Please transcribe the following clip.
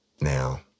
Now